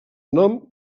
nom